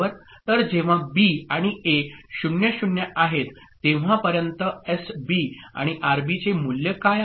तर जेव्हा बी आणि ए 0 0 आहेत तेव्हापर्यंत एसबी आणि आरबीचे मूल्य काय आहे